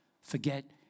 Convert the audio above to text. forget